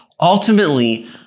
ultimately